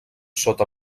sota